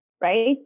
right